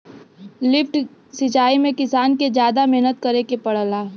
lift सिचाई में किसान के जादा मेहनत करे के पड़ेला